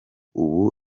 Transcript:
ubu